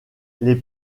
les